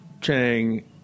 Chang